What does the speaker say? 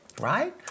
right